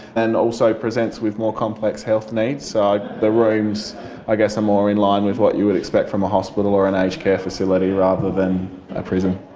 and also presents with more complex health needs, so the rooms i guess are more in line with what you'd expect from a hospital or an aged care facility rather than a prison.